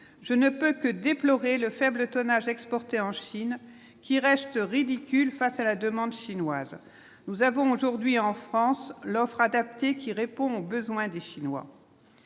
je ne peux que déplorer le faible tonnage exporté en Chine qui reste ridicule face à la demande chinoise, nous avons aujourd'hui en France l'offre adaptée qui répond aux besoins des Chinois,